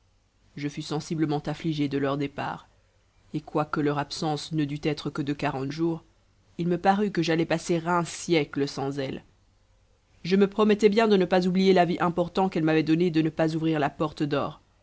je fus sensiblement affligé de leur départ et quoique leur absence ne dût être que de quarante jours il me parut que j'allais passer un siècle sans elles je me promettais bien de ne pas oublier l'avis important qu'elles m'avaient donné de ne pas ouvrir la porte d'or